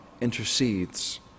intercedes